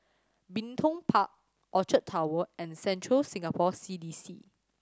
Bin Tong Park Orchard Towers and Central Singapore C D C